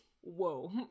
Whoa